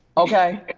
okay.